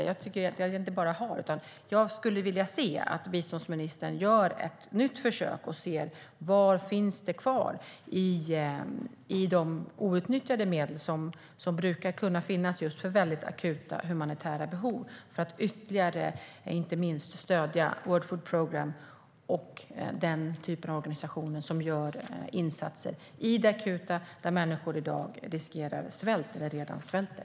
Jag skulle vilja se att biståndsministern gör ett nytt försök och ser vad som finns kvar i de outnyttjade medel som brukar kunna finnas just för väldigt akuta humanitära behov för att ytterligare stödja inte minst World Food Programme och den typen av organisationer som gör akuta insatser för människor som i dag riskerar svält eller redan svälter.